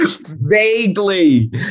Vaguely